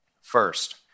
First